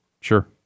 sure